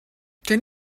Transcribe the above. can